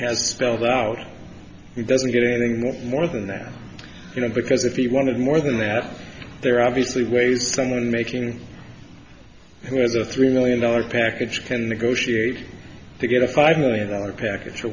has spelled out he doesn't get any more more than that you know because if he wanted more than that there obviously way someone making who has a three million dollars package can negotiate to get a five million dollar pack